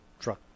Truck